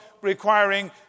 requiring